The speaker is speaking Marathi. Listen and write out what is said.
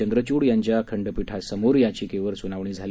चंद्रचूड यांच्या खंठपीठासमोर याचिकेवर सुनावणी झाली